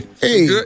Hey